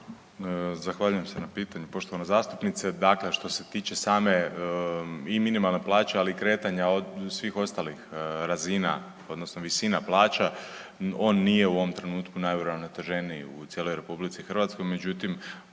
Zahvaljujem se na pitanju, poštovana zastupnice. Dakle, što se tiče same i minimalne plaće, ali i kretanja svih ostalih razina, odnosno visina plaća, on nije u ovom trenutku najuravnoteženiji u cijeloj RH, međutim,